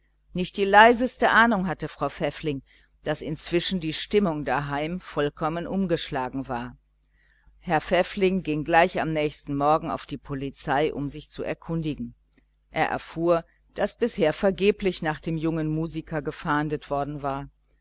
nicht die leiseste ahnung sagte frau pfäffling daß die stimmung daheim inzwischen vollkommen umgeschlagen war herr pfäffling ging gleich am nächsten morgen auf die polizei um sich zu erkundigen er erfuhr daß bisher vergeblich nach dem jungen musiker gefahndet worden war